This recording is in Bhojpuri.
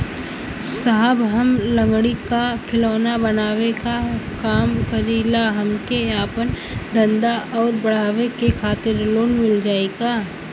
साहब हम लंगड़ी क खिलौना बनावे क काम करी ला हमके आपन धंधा अउर बढ़ावे के खातिर लोन मिल जाई का?